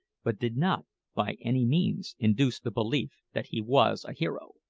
but did not by any means induce the belief that he was a hero.